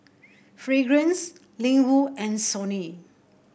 Fragrance Ling Wu and Sony